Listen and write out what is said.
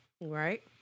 Right